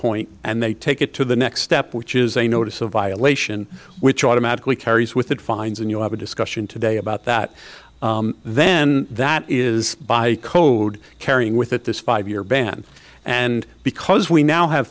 point and they take it to the next step which is a notice of violation which automatically carries with it fines and you have a discussion today about that then that is by code carrying with it this five year ban and because we now have